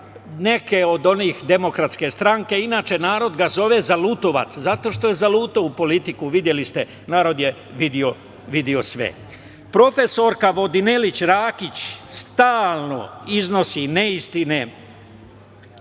neke od onih, Demokratske stranke, inače narod ga zove – zalutovac, zato što je zalutao u politiku, videli ste, narod je video sve. Profesorka Vodinelić Rakić stalno iznosi neistine